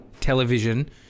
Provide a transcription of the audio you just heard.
television